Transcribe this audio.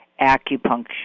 acupuncture